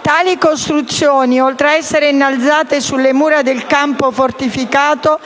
Tali costruzioni, oltre a essere innalzate sulle mura del campo fortificato